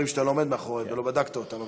שאתה לא עומד מאחוריהם ולא בדקת אותם.